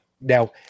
now